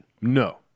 No